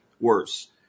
worse